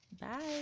bye